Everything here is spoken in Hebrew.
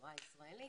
החברה הישראלית,